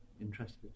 interested